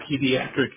pediatric